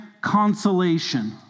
consolation